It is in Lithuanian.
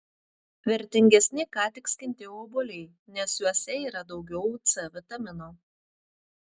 vertingesni ką tik skinti obuoliai nes juose yra daugiau c vitamino